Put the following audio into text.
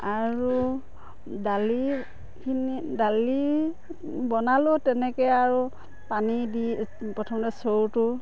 আৰু দালিখিনি দালি বনালোঁ তেনেকেই আৰু পানী দি প্ৰথমতে চৰুটো